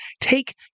take